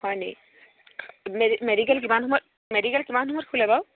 হয় নেকি মেডিকেল কিমান সময়ত মেডিকেল কিমান সময়ত খোলে বাৰু